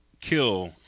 kill